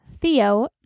Theo